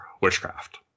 witchcraft